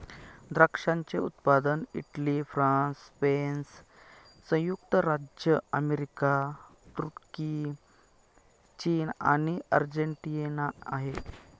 द्राक्षाचे उत्पादक Italy, France, Spain, संयुक्त राज्य अमेरिका, तुर्की, चीन आणि अर्जेंटिना आहे